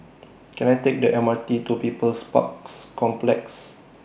Can I Take The M R T to People's Parks Complex